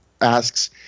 asks